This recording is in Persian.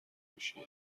هوشیه